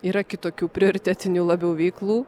yra kitokių prioritetinių labiau veiklų